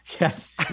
Yes